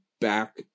back